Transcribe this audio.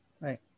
right